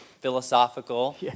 philosophical